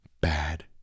bad